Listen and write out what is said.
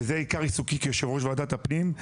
וזה עיקר עיסוקי כיושב-ראש ועדת הפנים,